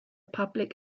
public